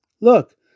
Look